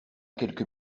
quelques